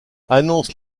annonce